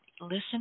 Listen